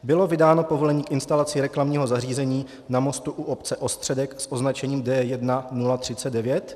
Bylo vydáno povolení k instalaci reklamního zařízení na mostu u obce Ostředek s označením D1039?